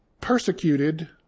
persecuted